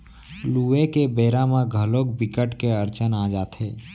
लूए के बेरा म घलोक बिकट के अड़चन आ जाथे